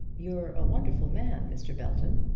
you're a wonderful man, mr. belton.